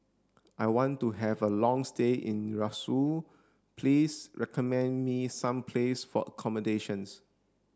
I want to have a long stay in Roseau please recommend me some places for accommodation